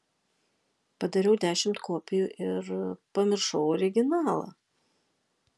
padariau dešimt kopijų ir pamiršau originalą